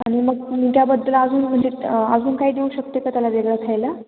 आणि मग त्याबद्दल अजून म्हणजे अजून काय देऊ शकते का त्याला वेगळं खायला